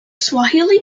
swahili